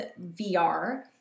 VR